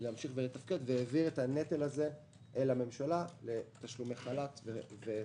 לתפקד והעביר את הנטל הזה אל הממשלה בתשלומי חל"ת וכדומה.